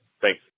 thanks